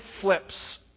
flips